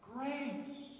Grace